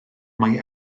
mae